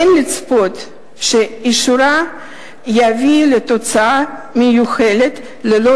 אין לצפות שאישורה יביא לתוצאה המיוחלת ללא